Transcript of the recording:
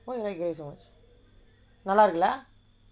why you like grey so much நல்லாருக்குல:nallaarukkula